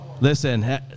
Listen